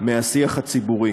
מהשיח הציבורי